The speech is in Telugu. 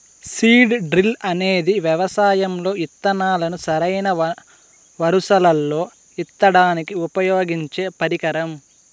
సీడ్ డ్రిల్ అనేది వ్యవసాయం లో ఇత్తనాలను సరైన వరుసలల్లో ఇత్తడానికి ఉపయోగించే పరికరం